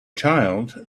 child